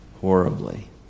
horribly